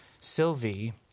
Sylvie